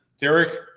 Derek